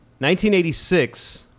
1986